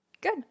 Good